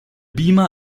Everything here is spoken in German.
beamer